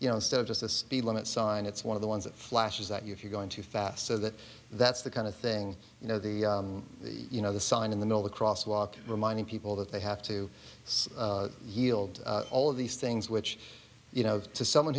you know instead of just a speed limit sign it's one of the ones that flashes that you're going too fast so that that's the kind of thing you know the you know the sign in the middle the crosswalk reminding people that they have to see yield to all of these things which you know to someone